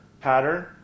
pattern